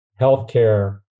healthcare